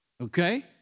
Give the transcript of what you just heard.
Okay